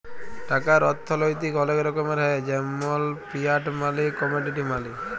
টাকার অথ্থলৈতিক অলেক রকমের হ্যয় যেমল ফিয়াট মালি, কমোডিটি মালি